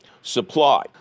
supply